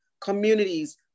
communities